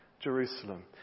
Jerusalem